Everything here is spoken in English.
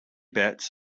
bets